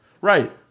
Right